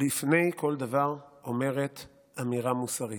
לפני כל דבר, אומרת אמירה מוסרית.